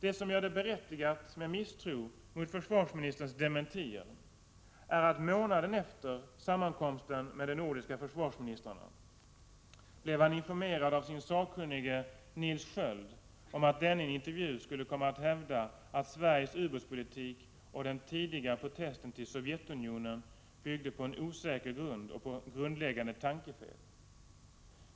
Det som gör det berättigat med misstro mot försvarsministerns dementier är att han, månaden efter sin sammankomst med de nordiska försvarsministrarna, blev informerad av sin sakkunnige Nils Sköld att denne i en intervju skulle komma att hävda att Sveriges ubåtspolitik och den tidigare protesten till Sovjetunionen bygger på osäker grund och grundläggande tankefel.